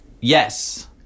yes